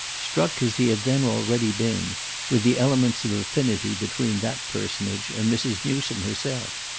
struck as he had then already been with the elements of affinity between that personage and mrs. newsome herself.